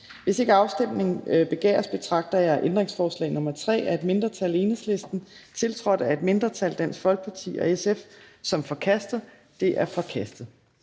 Hvis ikke afstemning begæres, betragter jeg ændringsforslag nr. 3, af et mindretal (EL), tiltrådt af et mindretal (DF og SF), som forkastet. Det er forkastet.